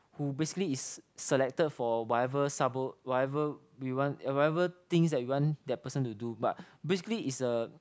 who basically is selected for whatever sabo~ whatever we want whatever things we want that person to do but basically is a